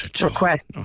request